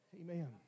Amen